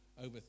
over